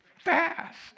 fast